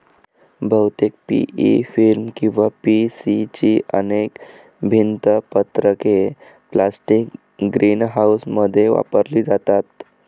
बहुतेक P E film किंवा P C ची अनेक भिंत पत्रके प्लास्टिक ग्रीनहाऊसमध्ये वापरली जातात